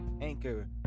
anchor